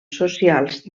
socials